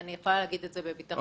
אני יכולה להגיד את זה בביטחון רב.